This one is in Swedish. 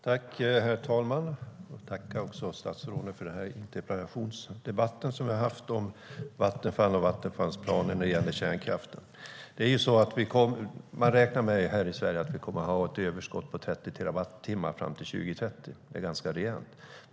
Herr talman! Jag tackar statsrådet för den här interpellationsdebatten om Vattenfall och Vattenfalls planer när det gäller kärnkraften. Man räknar med att vi i Sverige kommer att ha ett överskott på 30 terawattimmar fram till 2030. Det är ganska rejält.